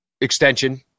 extension